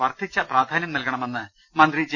വർദ്ധിച്ച പ്രാധാനൃം നൽകണമെന്ന് മന്ത്രി ജെ